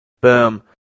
Boom